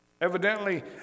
Evidently